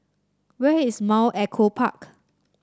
where is Mount Echo Park